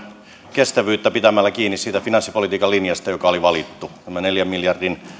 kestävyyttä pitämällä kiinni siitä finanssipolitiikan linjasta joka oli valittu tämä neljän miljardin